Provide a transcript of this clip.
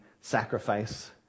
sacrifice